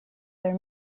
their